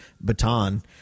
baton